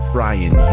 Brian